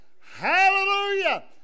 Hallelujah